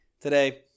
Today